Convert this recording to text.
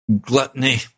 gluttony